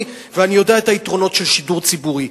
ואני יודע את היתרונות של שידור ציבורי.